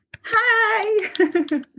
Hi